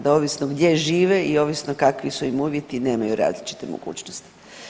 Da ovisno gdje žive i ovisno kakvi su im uvjeti nemaju različite mogućnosti.